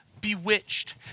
bewitched